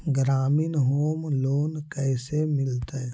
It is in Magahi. ग्रामीण होम लोन कैसे मिलतै?